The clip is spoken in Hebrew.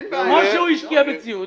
כפי שהוא השקיע בציוד,